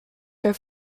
for